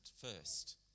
first